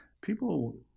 people